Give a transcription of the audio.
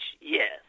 yes